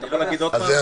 אתה יכול להגיד עוד פעם?